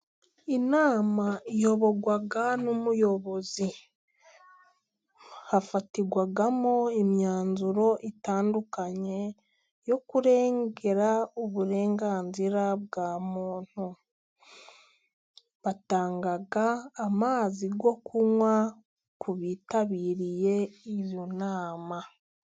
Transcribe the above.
Inama iyoborwa n'umuyobozi. Hafatirwamo imyanzuro itandukanye, yo kurengera uburenganzira bwa muntu. Batanga amazi yo kunywa ku bitabiriye iyo nama.